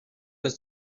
jest